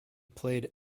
played